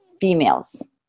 females